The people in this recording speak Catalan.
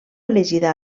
elegida